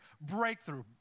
Breakthrough